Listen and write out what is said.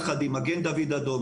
יחד עם מגן דוד אדום,